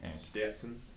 Stetson